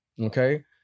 okay